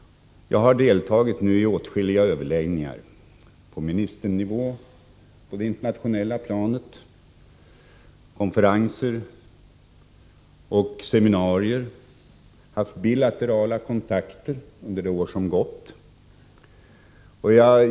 Jag har nu deltagit i åtskilliga överläggningar på ministernivå på det internationella planet, konferenser och i seminarier samt haft bilaterala kontakter under de år som gått.